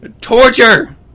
torture